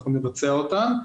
אנחנו נבצע אותן,